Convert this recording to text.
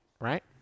right